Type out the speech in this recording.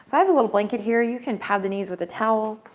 so i have a little blanket here, you can pad the knees with a towel